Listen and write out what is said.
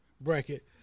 bracket